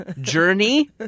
Journey